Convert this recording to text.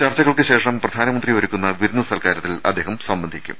ചർച്ചകൾക്ക് ശേഷം പ്രധാനമന്ത്രി ഒരുക്കുന്ന വിരുന്ന് സൽക്കാര ത്തിൽ അദ്ദേഹം സംബന്ധിക്കും